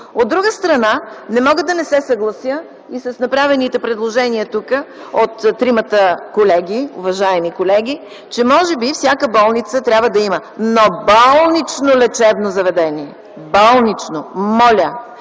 От друга страна, не мога да не се съглася и с направените предложения тук, от тримата уважаеми колеги, че всяка болница трябва да има, но болнично лечебно заведение, болнично, моля!